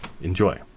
Enjoy